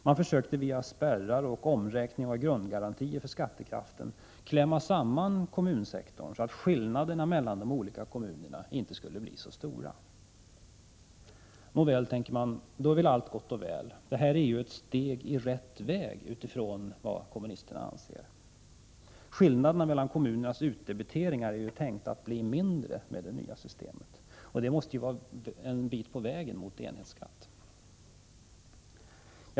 Man försöker via vissa spärrar och via omräkning av grundgarantier för skattekraften klämma samman kommunsektorn så att skillnaderna från kommun till kommun inte skall bli så stora. Nåväl, då är väl allt gott och väl, kanske någon tänker — det är ju ett steg i rätt riktning, enligt vad kommunisterna anser. Skillnaderna mellan kommunernas utdebiteringar är ju tänkta att bli mindre, och det borde vara en bit på vägen mot enhetsskatt.